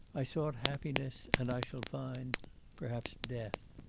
i sought happiness, and i shall find perhaps death.